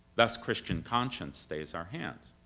thus christian conscience stays our hands.